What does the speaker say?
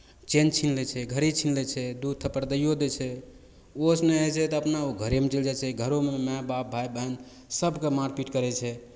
chain छीन लै छै घड़ी छीन लै छै दू थप्पड़ दैओ दै छै ओहोसँ नहि होइ छै तऽ अपना ओ घरेमे चलि जाइ छै घरोमे माय बाप भाय बहिन सभकेँ मारपीट करै छै